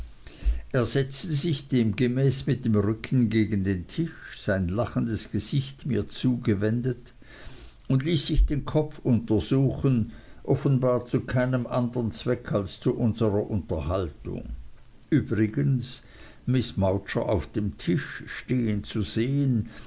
er setzte sich demgemäß mit dem rücken gegen den tisch sein lachendes gesicht mir zugewendet und ließ sich den kopf untersuchen offenbar zu keinem andern zweck als zu unserer unterhaltung übrigens miß mowcher auf dem tisch stehen zu sehen